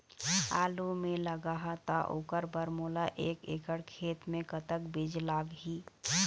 आलू मे लगाहा त ओकर बर मोला एक एकड़ खेत मे कतक बीज लाग ही?